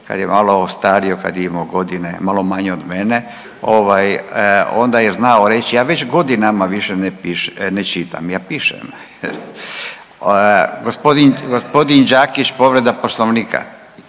kad je malo ostario kad je imao godine malo manje od mene onda je znao reći, ja već godinama više ne čitam, ja pišem. Gospodin Đakić povreda poslovnika.